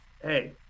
Hey